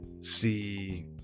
see